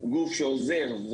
גוף שעוזר,